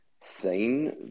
seen